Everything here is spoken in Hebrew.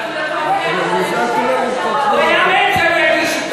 יהדות התורה ומרצ, הוא היה מת שאני אגיש אתו.